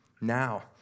Now